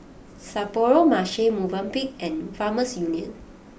Sapporo Marche Movenpick and Farmers Union